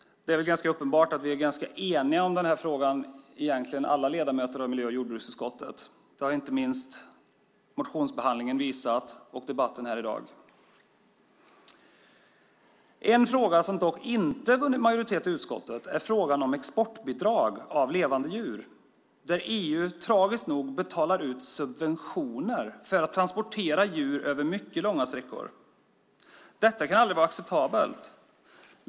Det är ganska uppenbart att vi egentligen är ganska eniga om den här frågan, alla ledamöter av miljö och jordbruksutskottet. Det har inte minst motionsbehandlingen och debatten i dag visat. En fråga som dock inte vunnit majoritet i utskottet är frågan om exportbidrag när det gäller levande djur. EU betalar tragiskt nog ut subventioner för transporter av djur över mycket långa sträckor. Detta kan aldrig vara acceptabelt.